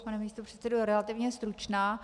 Pane místopředsedo, budu relativně stručná.